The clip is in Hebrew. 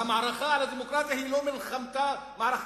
והמערכה על הדמוקרטיה היא לא מערכתם